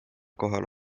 kohal